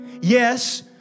Yes